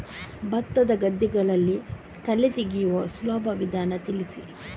ಭತ್ತದ ಗದ್ದೆಗಳಲ್ಲಿ ಕಳೆ ತೆಗೆಯುವ ಸುಲಭ ವಿಧಾನ ತಿಳಿಸಿ?